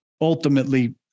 ultimately